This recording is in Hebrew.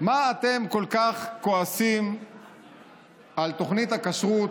מה אתם כל כך כועסים על תוכנית הכשרות,